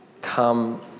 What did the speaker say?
come